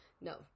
No